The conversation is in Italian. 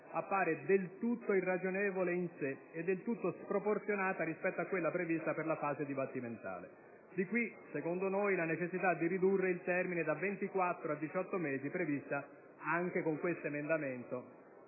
appare del tutto irragionevole in sé e del tutto sproporzionata rispetto a quella prevista per la fase dibattimentale. Di qui, secondo noi, la necessità di ridurre il termine da 24 a 18 mesi prevista anche con l'emendamento